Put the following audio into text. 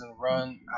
run